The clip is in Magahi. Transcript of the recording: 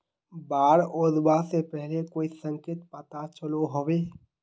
बाढ़ ओसबा से पहले कोई संकेत पता चलो होबे?